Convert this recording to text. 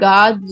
God